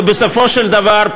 ובסופו של דבר,